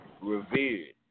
revered